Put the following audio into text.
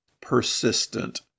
persistent